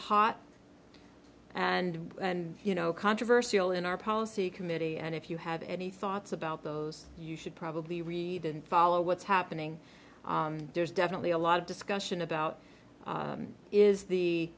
hot and and you know controversial in our policy committee and if you have any thoughts about those you should probably read and follow what's happening there's definitely a lot of discussion about is the